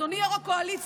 אדוני יו"ר הקואליציה,